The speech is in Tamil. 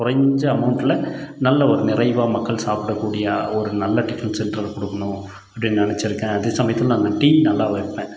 குறைஞ்ச அமௌண்ட்டில் நல்ல ஒரு நிறைவாக மக்கள் சாப்பிடக்கூடிய ஒரு நல்ல டிஃபன் சென்டரை கொடுக்கணும் அப்படின்னு நினச்சிருக்கேன் அதே சமயத்தில் நான் டீ நல்லா வைப்பேன்